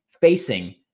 facing